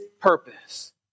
purpose